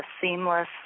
seamless